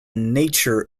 nature